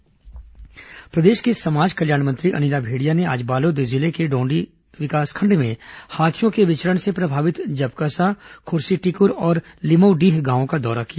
अनिला भेंड़िया दौरा मुआवजा प्रदेश की समाज कल्याण मंत्री अनिला भेंड़िया ने आज बालोद जिले के डौण्डी विकासखण्ड में हाथियों के विचरण से प्रभावित जबकसा खुर्सीटिक्र और लिमऊडीह गाँवों का दौरा किया